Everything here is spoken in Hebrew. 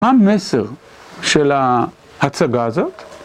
מה המסר של ההצגה הזאת?